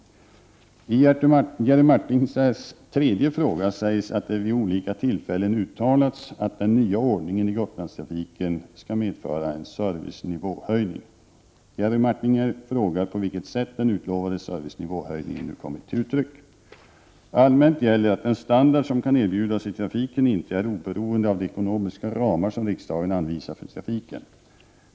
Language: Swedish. I Jerry Martingers tredje fråga sägs att det vid olika tillfällen uttalats att den nya ordningen i Gotlandstrafiken skall medföra en servicenivåhöjning. Jerry Martinger frågar på vilket sätt den utlovade servicenivåhöjningen nu kommit till uttryck. Allmänt gäller att den standard som kan erbjudas i trafiken inte är oberoende av de ekonomiska ramar som riksdagen anvisar för trafiken.